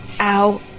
Ow